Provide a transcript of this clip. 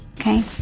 okay